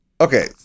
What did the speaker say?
Okay